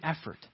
effort